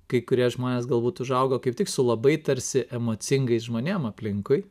kai kurie žmonės galbūt užaugo kaip tik su labai tarsi emocingais žmonėm aplinkui